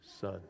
son